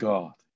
God